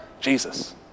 Jesus